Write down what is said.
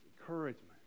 encouragement